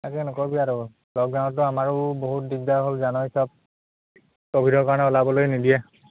তাকে নক'বি আৰু লকডাউনতটো আমাৰো বহুত দিগদাৰ হ'ল জানই চব ক'ভিডৰ কাৰণে ওলাবলৈ নিদিয়ে